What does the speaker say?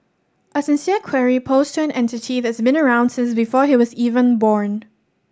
a sincere query posed to an entity that's been around since before he was even born